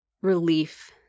Relief